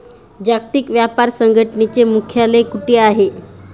जागतिक व्यापार संघटनेचे मुख्यालय कुठे आहे?